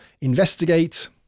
investigate